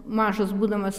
mažas būdamas